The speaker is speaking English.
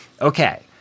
Okay